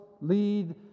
lead